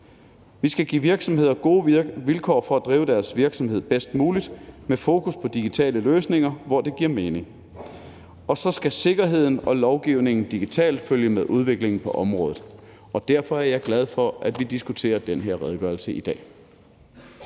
Vi skal give virksomheder gode vilkår for at drive deres virksomheder bedst muligt og have fokus på digitale løsninger, hvor det giver mening, og så skal sikkerheden og lovgivningen digitalt følge med udviklingen på området. Derfor er jeg glad for, at vi diskuterer den her redegørelse i dag.